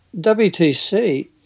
WTC